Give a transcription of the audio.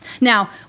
Now